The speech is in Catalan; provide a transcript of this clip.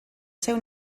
seu